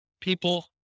people